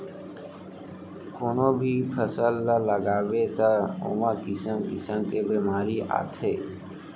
कोनो भी फसल ल लगाबे त ओमा किसम किसम के बेमारी आथे